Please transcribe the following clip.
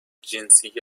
جنسیت